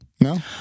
No